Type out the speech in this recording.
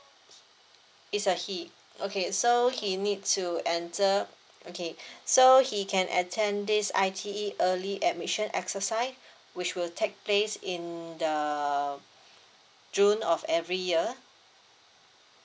it's a he okay so he need to enter okay so he can attend this I_T_E early admission exercise which will take place in the june of every year